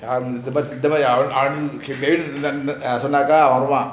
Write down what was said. சொன்னாய் வருவான்:sonnaka varuvan